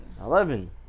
Eleven